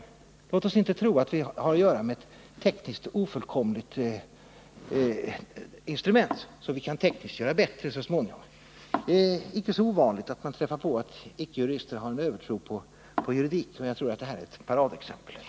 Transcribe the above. Men låt oss inte tro att vi har att göra med ett tekniskt ofullkomligt instrument, som vi kan tekniskt göra perfekt så småningom. Det är icke ovanligt att icke-jurister har en övertro på juridik: jag tycker att det här är ett paradexempel på det.